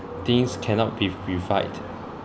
things cannot be revived